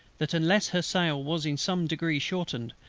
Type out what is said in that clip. that unless her sail was in some degree shortened,